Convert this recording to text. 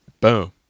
Boom